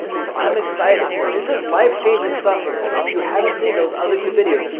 so i'm excited. this is life changing stuff here. if you haven't seen those other two videos,